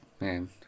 Man